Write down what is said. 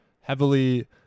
heavily